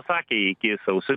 sakė iki sausio